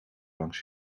langs